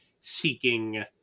seeking